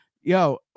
Yo